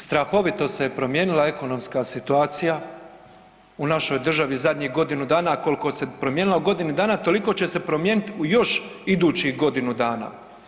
Strahovito se je promijenila ekonomska situacija u našoj državi u zadnjih godinu dana, a koliko se promijenila u godini dana toliko će se promijeniti u još idućih godinu dana.